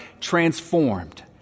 transformed